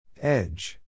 Edge